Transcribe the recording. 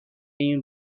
این